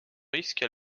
risque